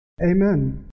amen